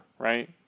Right